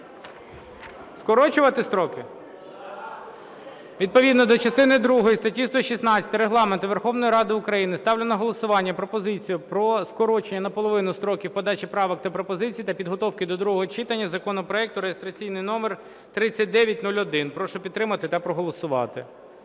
Скорочувати строки? Відповідно до частини другої статті 116 Регламенту Верховної Ради України ставлю на голосування пропозицію про скорочення наполовину строків подачі правок та пропозицій та підготовки до другого читання законопроекту реєстраційний номер 3901. Прошу підтримати та проголосувати.